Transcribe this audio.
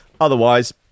Otherwise